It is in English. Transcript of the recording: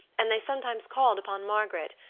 and they sometimes called upon margaret,